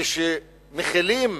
כשמחילים